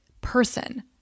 person